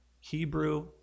Hebrew